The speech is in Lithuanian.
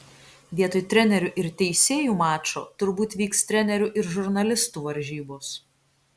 vietoj trenerių ir teisėjų mačo turbūt vyks trenerių ir žurnalistų varžybos